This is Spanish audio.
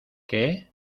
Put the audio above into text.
qué